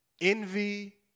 envy